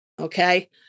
okay